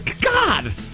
God